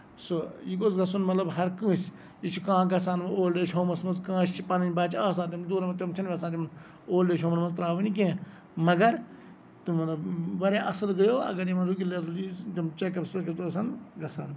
سُہ یہِ گوٚژ گژھُن مطلب ہَر کٲنسہِ یہِ چھُ کانہہ گژھان مطلب اولڈ ایج ہومَس منٛز کٲنسہِ چھِ پَننۍ بَچہٕ آسان تِم چھِ یَژھان تِم اولڈ ایج ہومَس منٛز تراوٕنۍ کیٚنہہ مَگر تِمن واریاہ اَصٕل گٔیو اَگر یِمن رِگوٗلرلی تِم چیک اَپٔس ویکاَپٔس آسن گژھان